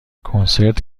کنسرت